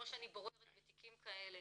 כמו שאני בוררת בתיקים כאלה,